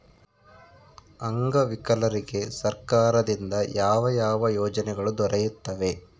ಅಂಗವಿಕಲರಿಗೆ ಸರ್ಕಾರದಿಂದ ಯಾವ ಯಾವ ಯೋಜನೆಗಳು ದೊರೆಯುತ್ತವೆ?